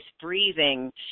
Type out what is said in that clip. breathing